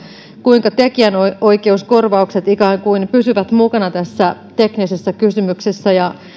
kuinka tekijänoikeuskorvaukset ikään kuin pysyvät mukana tässä teknisessä kysymyksessä